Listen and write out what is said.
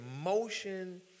emotion